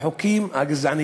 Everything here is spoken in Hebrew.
ואני מזכיר עוד הפעם: